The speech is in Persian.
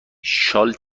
شال